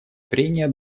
прения